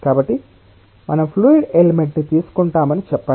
కాబట్టి మనం fluid element ని తీసుకుంటామని చెప్పండి